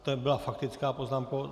To byla faktická poznámka?